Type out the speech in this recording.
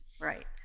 Right